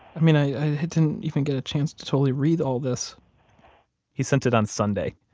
i mean, i didn't even get a chance to totally read all this he sent it on sunday,